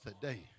today